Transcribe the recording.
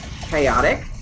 chaotic